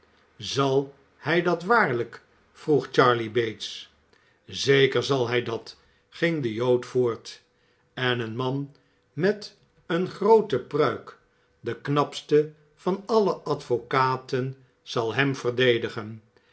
zal hij dat waarlijk vroeg charley bates zeker zal hij dat ging de jood voort en een man met een groote pruik de knapste van alle advocaten zal hem verdedigen